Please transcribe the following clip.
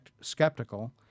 skeptical